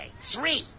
Three